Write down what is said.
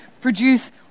produce